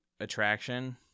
attraction